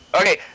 Okay